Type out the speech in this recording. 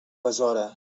besora